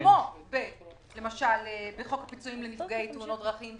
כמו למשל בחוק נפגעי תאונות דרכים.